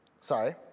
Sorry